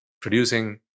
producing